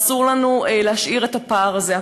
ואסור לנו להשאיר את הפער הזה.